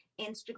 Instagram